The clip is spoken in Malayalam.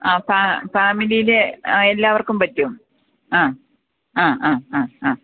ആ ഫാമിലീലെ എല്ലാവർക്കും പറ്റും ആ ആ ആ ആ ആ